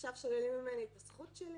עכשיו שוללים ממני את הזכות שלי